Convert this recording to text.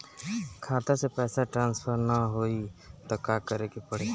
खाता से पैसा ट्रासर्फर न होई त का करे के पड़ी?